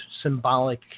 symbolic